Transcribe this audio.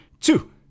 two